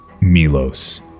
Milos